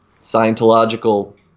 Scientological